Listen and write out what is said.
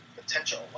Potential